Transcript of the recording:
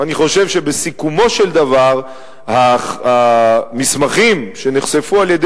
אני חושב שבסיכומו של דבר המסמכים שנחשפו על-ידי